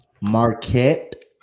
Marquette